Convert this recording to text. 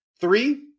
three